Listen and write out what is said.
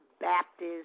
Baptists